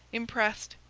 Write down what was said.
impressed,